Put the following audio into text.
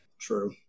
true